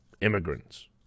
immigrants